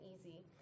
easy